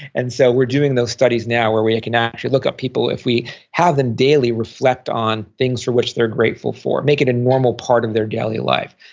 and so we're doing those studies now where we can actually look up people if we have them daily reflect on things for which they're grateful for, make it a normal part of their daily life.